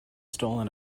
stolen